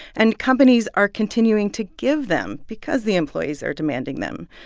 and companies are continuing to give them because the employees are demanding them.